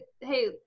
hey